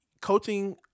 coaching